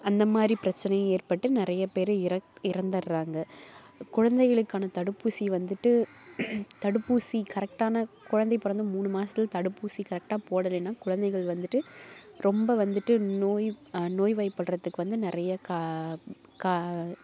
அந்த மாதிரி பிரச்சினையும் ஏற்பட்டு நிறைய பேர் இறக் இறந்துடுறாங்க குழந்தைங்களுக்கான தடுப்பூசி வந்துட்டு தடுப்பூசி கரெக்டான குழந்தை பிறந்து மூணு மாசத்தில் தடுப்பூசி கரெக்டா போடலேனா குழந்தைங்கள் வந்துட்டு ரொம்ப வந்துட்டு நோய் நோய்வாய்படுறத்துக்கு வந்து நிறைய க க